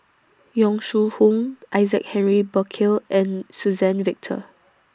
Yong Shu Hoong Isaac Henry Burkill and Suzann Victor